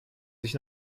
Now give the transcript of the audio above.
sich